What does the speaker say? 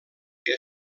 que